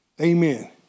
Amen